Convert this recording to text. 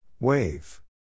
Wave